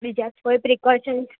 બીજા કોઈ પ્રીકોસન્સ